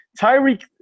Tyreek